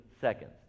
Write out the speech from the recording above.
seconds